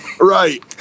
right